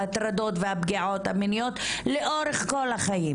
ההטרדות והעבירות המיניות לאורך כל החיים.